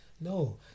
No